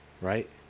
Right